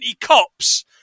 cops